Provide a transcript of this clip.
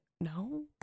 no